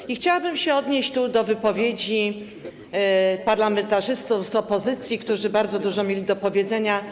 I chciałabym odnieść się tu do wypowiedzi parlamentarzystów z opozycji, którzy bardzo dużo mieli do powiedzenia.